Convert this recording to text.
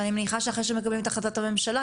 אבל אני מניחה שאחרי מקבלים את החלטת הממשלה,